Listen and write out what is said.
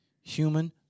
human